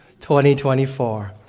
2024